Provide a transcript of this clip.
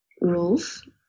rules